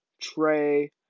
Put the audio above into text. Trey